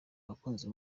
abakunzi